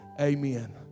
Amen